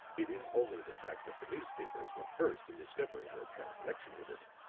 it is only the fact that the newspapers were first in discovering her apparent connection with it,